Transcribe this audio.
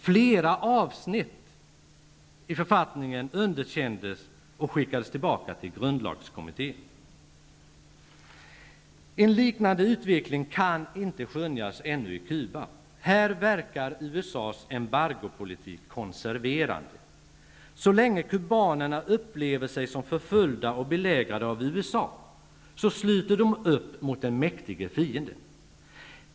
Flera avsnitt i författningen underkändes och skickades tillbaka till grundlagskommittén. En liknande utveckling kan ännu inte skönjas i Cuba. Här verkar USA:s embargopolitik konserverande. Så länge kubanerna upplever sig som förföljda och belägrade av USA, sluter de upp mot den mäktige fienden.